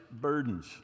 burdens